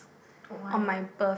why